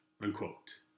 unquote